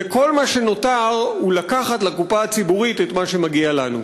וכל מה שנותר הוא לקחת לקופה הציבורית את מה שמגיע לנו.